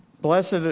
Blessed